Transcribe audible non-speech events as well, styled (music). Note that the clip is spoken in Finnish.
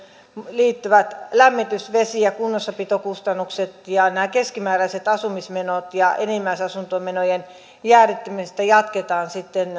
liittyvien lämmitys vesi ja kunnossapitokustannuksien ja näiden keskimääräisten asumismenojen ja enimmäisasumismenojen jäädyttämistä jatketaan sitten (unintelligible)